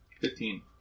Fifteen